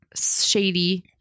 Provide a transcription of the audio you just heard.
shady